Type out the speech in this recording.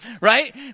right